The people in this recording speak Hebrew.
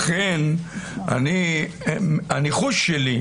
לכן הניחוש שלי,